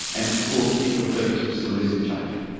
and of course fit-for-purpose facilities in tafe.